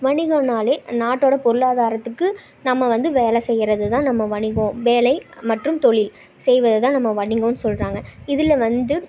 வணிகம்னாலே நாட்டோட பொருளாதாரத்துக்கு நம்ம வந்து வேலை செய்யறதுதான் நம்ம வணிகம் வேலை மற்றும் தொழில் செய்வது தான் நம்ம வணிகம்ன்னு சொல்லுறாங்க இதுல வந்து